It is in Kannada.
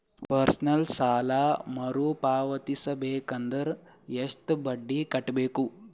ಪರ್ಸನಲ್ ಸಾಲ ಮರು ಪಾವತಿಸಬೇಕಂದರ ಎಷ್ಟ ಬಡ್ಡಿ ಕಟ್ಟಬೇಕು?